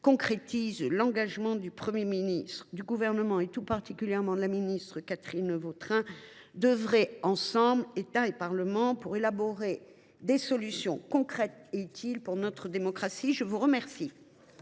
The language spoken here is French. m’en réjouis, l’engagement du Premier ministre, du Gouvernement, et tout particulièrement de la ministre Catherine Vautrin, d’œuvrer ensemble, État et Parlement, pour élaborer des solutions concrètes et utiles pour notre démocratie. La parole